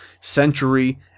century